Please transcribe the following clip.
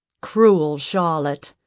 cruel charlotte,